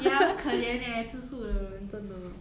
ya 很可怜 eh 吃素的人真的